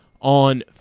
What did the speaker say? on